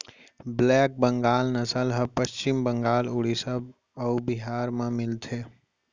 black Bengal नसल ह पस्चिम बंगाल, उड़ीसा अउ बिहार म मिलथे